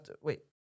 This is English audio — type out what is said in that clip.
wait